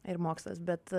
ir mokslas bet